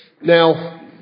Now